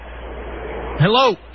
Hello